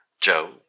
Joe